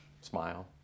Smile